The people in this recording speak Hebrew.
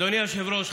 אדוני היושב-ראש,